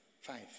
five